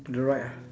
to the right ah